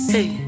Hey